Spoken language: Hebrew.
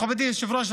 מכובדי היושב-ראש,